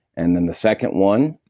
and then the second one,